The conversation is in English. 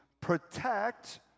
protect